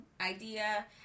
idea